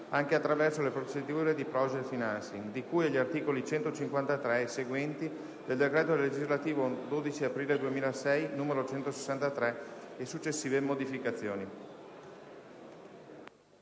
anche attraverso le procedure di *project financing* di cui agli articoli 153 e seguenti del decreto legislativo 12 aprile 2006, n. 163, e successive modificazioni».